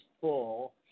full